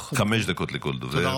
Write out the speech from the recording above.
חמש דקות לכל דובר.